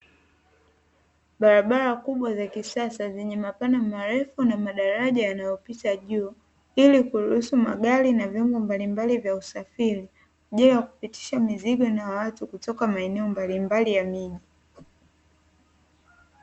Barabara kubwa za kisasa zenye mapana marefu na madaraja yaliyopita juu, ili kuruhusu magari na vyombo mbalimbali vya usafiri kwa ajili ya kupitisha mizigo na watu kutoka maeneo mbalimbali ya miji.